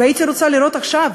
והייתי רוצה לראות עכשיו